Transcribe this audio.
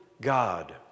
God